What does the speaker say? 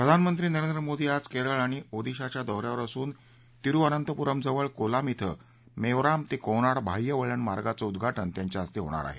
प्रधानमंत्री नरेंद्र मोदी आज केरळ आणि ओदिशाच्या दौ यावर असून तिरुवअनंतपूरम जवळ कोलाम श्वे मेवराम ते कोवनाड बाह्यवळण मार्गाचं उद्घाटन त्यांच्या हस्ते होणार आहे